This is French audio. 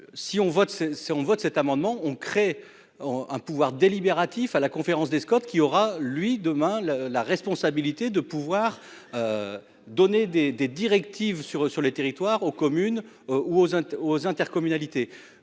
on vote cet amendement on crée. Un pouvoir délibératif à la conférence Scott qui aura, lui, demain le la responsabilité de pouvoir. Donner des des directives sur sur les territoires aux communes ou aux uns, aux intercommunalités